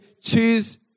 Choose